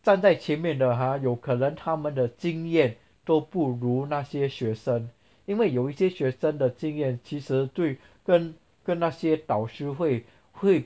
站在前面的 ha 有可能他们的经验都不如那些学生因为有一些学生的经验其实对跟跟那些导师会会